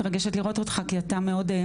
אני מצטערת שחה"כ הר מלך יצאה.